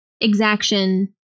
exaction